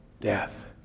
death